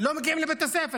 לא מגיעים לבית הספר,